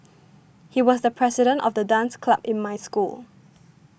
he was the president of the dance club in my school